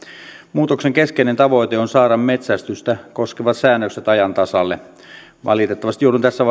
muutoksen keskeinen tavoite on saada metsästystä koskevat säännökset ajan tasalle valitettavasti joudun tässä